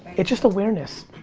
it's just awareness.